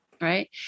right